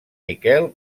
miquel